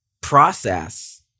process